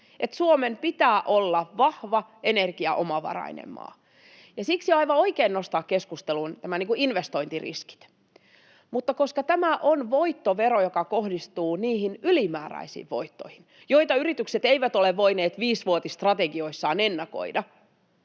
Suomen pitää olla vahva energiaomavarainen maa, ja siksi on aivan oikein nostaa keskusteluun nämä investointiriskit. Mutta koska tämä on voittovero, joka kohdistuu niihin ylimääräisiin voittoihin, joita yritykset eivät ole voineet viisivuotisstrategioissaan ennakoida,